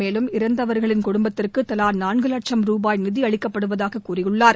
மேலும் இறந்தவர்களின் குடும்பத்திற்கு தலா நான்கு லட்சும் ரூபாய் நிதி அளிக்கப்படுவதாக கூறியுள்ளார்